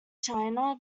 china